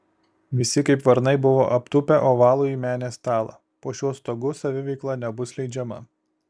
visi kaip varnai buvo aptūpę ovalųjį menės stalą po šiuo stogu saviveikla nebus leidžiama